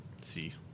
see